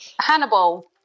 Hannibal